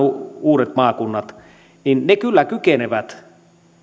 uudet maakunnat kyllä kykenevät